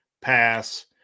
Pass